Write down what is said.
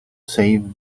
save